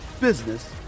business